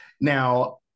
Now